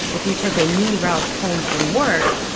if you took a new route home from work,